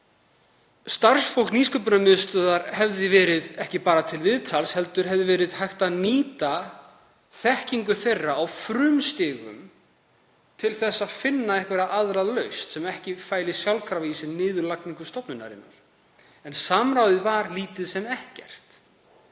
dæmi. Starfsfólk Nýsköpunarmiðstöðvar hefði ekki verið bara til viðtals heldur hefði verið hægt að nýta þekkingu þess á frumstigum til að finna einhverja aðra lausn sem ekki fæli sjálfkrafa í sér niðurlagningu stofnunarinnar. En samráðið var lítið sem ekkert